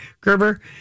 Gerber